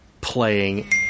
playing